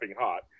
hot